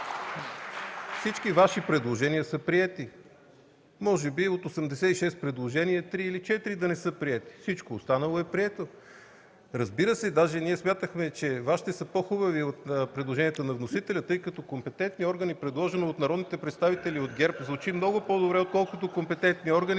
Всички Ваши предложения са приети! Може би от 86 предложения – 3 или 4 да не са приети, всичко останало е прието. Разбира се, дори смятахме, че Вашите са по-хубави от предложението на вносителя, тъй като „компетентни органи“, предложено от народните представители от ГЕРБ звучи много по-добре, отколкото „компетентни органи“,